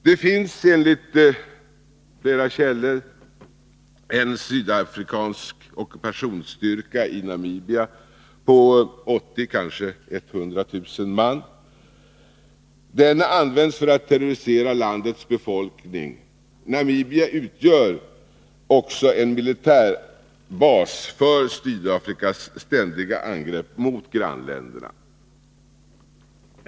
Det finns enligt flera källor en sydafrikansk ockupationsstyrka i Namibia på mellan 80 000 och 100 000 man. Denna används för att terrorisera landets befolkning. Namibia utgör också en militär bas för Sydafrikas ständiga angrepp mot grannländerna.